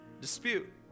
dispute